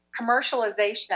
commercialization